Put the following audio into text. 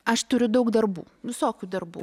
aš turiu daug darbų visokių darbų